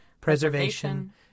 preservation